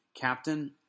captain